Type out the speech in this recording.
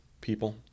people